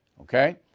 Okay